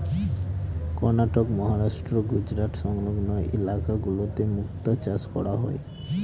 কর্ণাটক, মহারাষ্ট্র, গুজরাট সংলগ্ন ইলাকা গুলোতে মুক্তা চাষ করা হয়